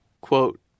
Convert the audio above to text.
Quote